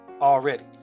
already